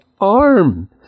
arm